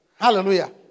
Hallelujah